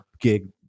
gig